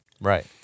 Right